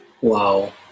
Wow